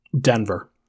Denver